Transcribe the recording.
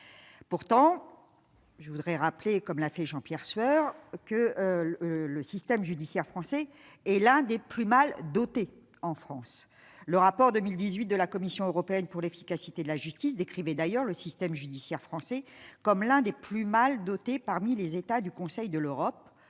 pourtant je voudrais rappeler, comme l'a fait Jean-Pierre Sueur, que le système judiciaire français est l'un des plus mal dotées en France, le rapport 2018 de la Commission européenne pour l'efficacité de la justice décrivait d'ailleurs le système judiciaire français comme l'un des plus mal dotées parmi les États du Conseil de l'Europe,